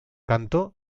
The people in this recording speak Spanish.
cantó